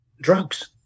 drugs